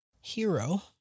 hero